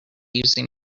using